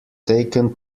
taken